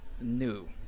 new